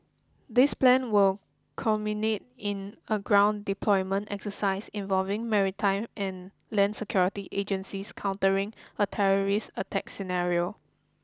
this plan will culminate in a ground deployment exercise involving maritime and land security agencies countering a terrorist attack scenario